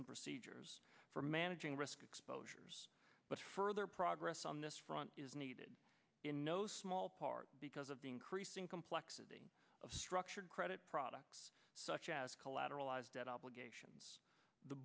and procedures for managing risk exposures but further progress on this front is needed in no small part because of the increasing complexity of structured credit products such as collateralized debt obligations the